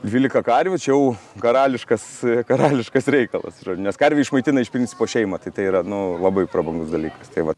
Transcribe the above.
dvylika karvių čia jau karališkas karališkas reikalas yra nes karvė išmaitina iš principo šeimą tai tai yra nu labai prabangus dalykas tai vat